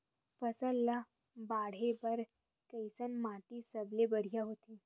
फसल ला बाढ़े बर कैसन माटी सबले बढ़िया होथे?